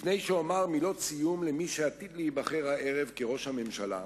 לפני שאומר מילות סיום למי שעתיד להיבחר הערב לראש הממשלה,